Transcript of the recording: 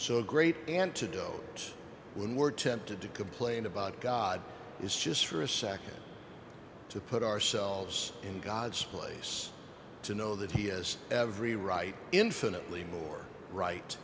so great antidote when we're tempted to complain about god is just for a second to put ourselves in god's place to know that he has every right infinitely more right